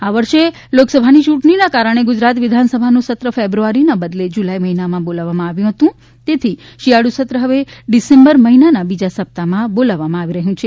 આ વર્ષે લોકસભાની ચૂંટણીને કારણે ગુજરાત વિધાન સભાનું સત્ર ફેબ્રુઆરી ને બદલે જુલાઈ મહિના માં બોલાવવામાં આવ્યું હતું તેથી શિયાળુ સત્ર હવે ડિસેમ્બર મહિનાના બીજા સપ્તાહમાં બોલાવવામાં આવી રહ્યું છે